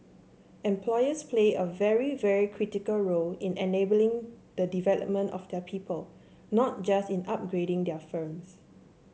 employers play a very very critical role in enabling the development of their people not just in upgrading their firms